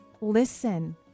Listen